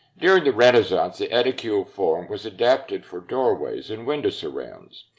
during the renaissance, the aedicule form was adapted for doorways and windows surrounds.